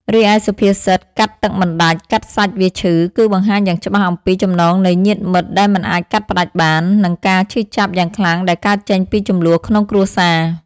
រីឯសុភាសិត កាត់ទឹកមិនដាច់ កាត់សាច់វាឈឺ គឺបង្ហាញយ៉ាងច្បាស់អំពីចំណងនៃញាតិមិត្តដែលមិនអាចកាត់ផ្តាច់បាន និងការឈឺចាប់យ៉ាងខ្លាំងដែលកើតចេញពីជម្លោះក្នុងគ្រួសារ។